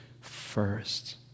first